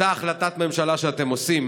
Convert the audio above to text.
באותה החלטת ממשלה שאתם עושים